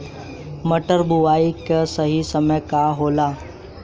मटर बुआई के सही समय का होला?